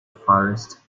forest